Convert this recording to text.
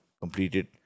completed